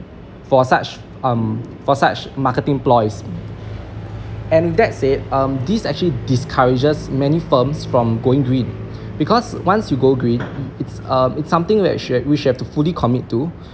for such um for such marketing ploys and that said um this actually discourages many firms from going green because once you go green it's uh something which you which you've fully commit to